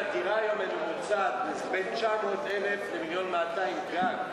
מחיר ממוצע של דירה הוא בין 900,000 שקל ל-1.2 מיליון שקל גג,